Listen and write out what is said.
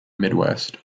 midwest